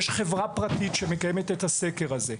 יש חברה פרטית שמקיימת את הסקר הזה,